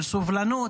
של סובלנות,